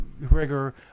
rigor